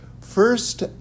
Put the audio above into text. first